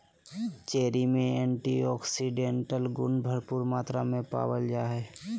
cherry में antioxidants गुण भरपूर मात्रा में पावल जा हइ